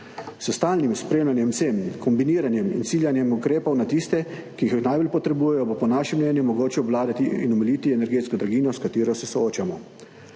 S stalnim spremljanjem cen, kombiniranjem in ciljanjem ukrepov na tiste, ki jih najbolj potrebujejo, bo po našem mnenju mogoče obvladati in omiliti energetsko draginjo, s katero se soočamo.